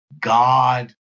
God